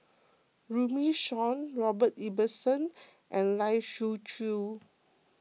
Runme Shaw Robert Ibbetson and Lai Siu Chiu